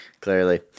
Clearly